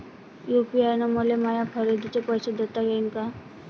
UPI न मले माया खरेदीचे पैसे देता येईन का?